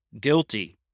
guilty